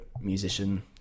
musician